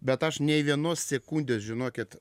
bet aš nei vienos sekundės žinokit